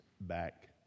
back